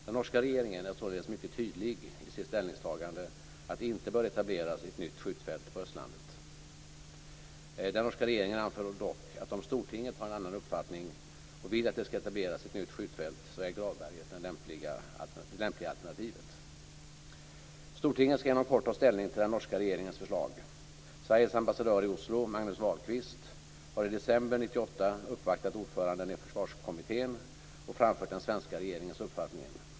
Den norska regeringen är således mycket tydlig i sitt ställningstagande att det inte bör etableras ett nytt skjutfält på Østlandet. Den norska regeringen anför dock att om Stortinget har en annan uppfattning och vill att det skall etableras ett nytt skjutfält, så är Gravberget det lämpliga alternativet. Stortinget skall inom kort ta ställning till den norska regeringens förslag. Sveriges ambassadör i Oslo, Magnus Vahlquist, har i december 1998 uppvaktat ordföranden i Forsvarskommiteen och framfört den svenska regeringens uppfattning.